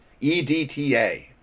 edta